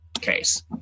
case